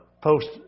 post